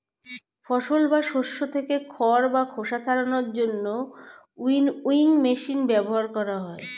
ফসল বা শস্য থেকে খড় বা খোসা ছাড়ানোর জন্য উইনউইং মেশিন ব্যবহার করা হয়